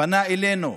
פנה אלינו,